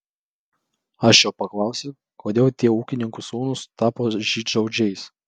aš jo paklausiau kodėl tie ūkininkų sūnūs tapo žydšaudžiais